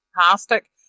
fantastic